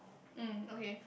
mm okay